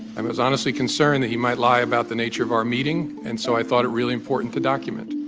and was honestly concerned that he might lie about the nature of our meeting. and so i thought it really important to document.